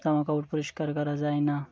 জামাকাপড় পরিষ্কার করা যায় না